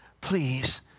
please